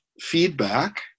feedback